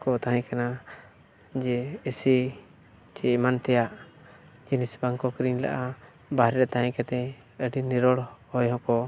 ᱠᱚ ᱛᱟᱦᱮᱸ ᱠᱟᱱᱟ ᱡᱮ ᱮᱥᱤ ᱪᱮ ᱮᱢᱟᱱ ᱛᱮᱭᱟᱜ ᱡᱤᱱᱤᱥ ᱵᱟᱝᱠᱚ ᱠᱤᱨᱤᱧ ᱞᱟᱜᱼᱟ ᱵᱟᱦᱨᱮ ᱨᱮ ᱛᱟᱦᱮᱸ ᱠᱟᱛᱮᱫ ᱟᱹᱰᱤ ᱱᱤᱨᱳᱲ ᱦᱚᱭ ᱦᱚᱸᱠᱚ